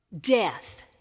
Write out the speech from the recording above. death